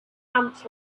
ants